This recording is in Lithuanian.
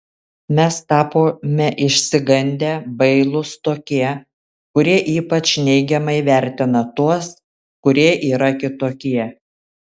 mes tapome išsigandę bailūs tokie kurie ypač neigiamai vertina tuos kurie yra kitokie